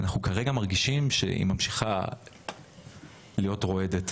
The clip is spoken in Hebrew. אנחנו כרגע מרגישים שהיא ממשיכה להיות רועדת.